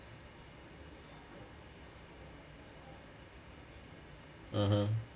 mmhmm